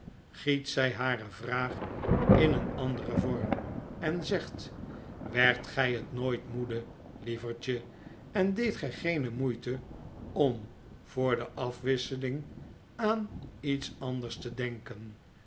giet zy hare vraag in een anderen vorm en zegt werdt gy het nooit moede lievertje en deedt gy geen moeite om voor de afwisseling aan iets anders te denken